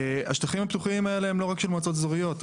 השטחים הפתוחים האלה הם לא רק של מועצות אזוריות.